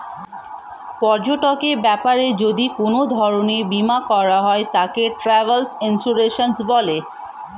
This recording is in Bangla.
পর্যটনের ব্যাপারে যদি কোন ধরণের বীমা করা হয় তাকে ট্র্যাভেল ইন্সুরেন্স বলে